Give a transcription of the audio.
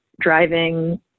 driving